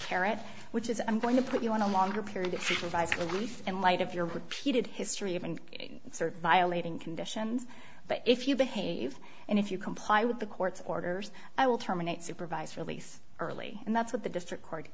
carrot which is i'm going to put you on a longer period of revised release in light of your repeated history of in certain violating conditions but if you behave and if you comply with the court's orders i will terminate supervised release early and that's what the district co